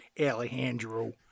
Alejandro